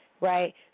Right